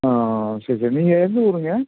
ஆ ஆ ஆ சரி சரி நீங்கள் எந்த ஊருங்க